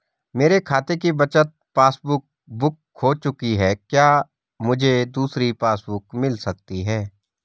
मेरे खाते की बचत पासबुक बुक खो चुकी है क्या मुझे दूसरी पासबुक बुक मिल सकती है?